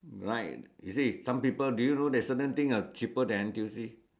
right you see some people do you know that certain thing are cheaper than N_T_U_C